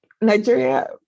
Nigeria